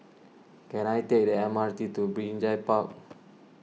can I take the M R T to Binjai Park